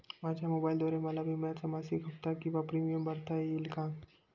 माझ्या मोबाईलद्वारे मला विम्याचा मासिक हफ्ता किंवा प्रीमियम भरता येईल का?